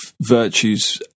virtues